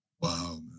Wow